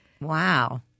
Wow